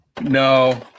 No